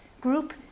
group